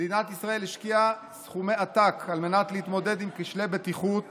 מדינת ישראל השקיעה סכומי עתק על מנת להתמודד עם כשלי בטיחות